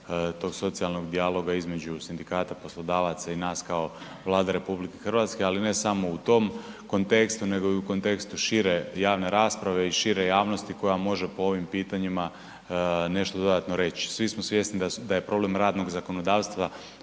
tog socijalnog dijaloga između sindikata, poslodavaca i nas kao Vlade RH ali ne samo u tom kontekstu nego i u kontekstu šire javne rasprave i šire javnosti koja može po ovim pitanjima nešto dodatno reći. Svi smo svjesni da problem radnog zakonodavstva